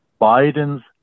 Biden's